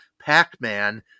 Pac-Man